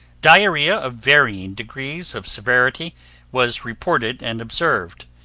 diarrhea of varying degrees of severity was reported and observed.